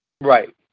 right